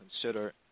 consider